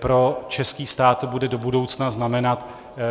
Pro český stát to bude do budoucna znamenat